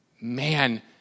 man